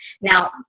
Now